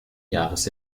jahres